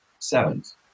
sevens